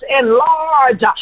enlarge